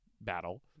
battle